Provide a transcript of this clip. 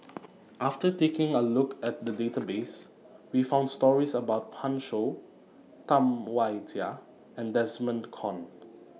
after taking A Look At The Database We found stories about Pan Shou Tam Wai Jia and Desmond Kon